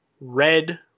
red